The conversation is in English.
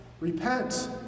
Repent